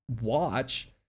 watch